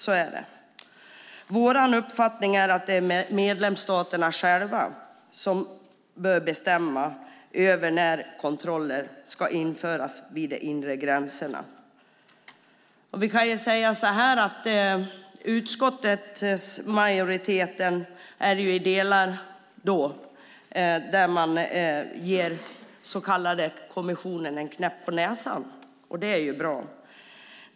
Det är vår uppfattning att det är medlemsstaterna själva som bör bestämma när kontroller ska införas vid de inre gränserna. Utskottsmajoriteten ger kommissionen en knäpp på näsan, och det är bra.